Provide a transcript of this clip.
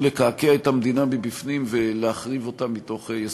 לקעקע את המדינה מבפנים ולהחריב אותה מתוך יסודותיה.